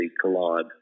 collide